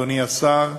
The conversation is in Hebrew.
אדוני השר,